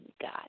God